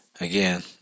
again